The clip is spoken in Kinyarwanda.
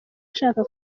ashaka